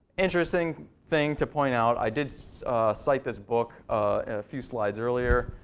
interesting thing to point out, i did cite this book a few slides earlier.